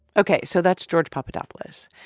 ok. so that's george papadopoulos.